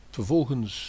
Vervolgens